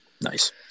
Nice